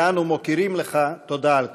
ואנו מכירים לך תודה על כך.